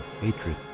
hatred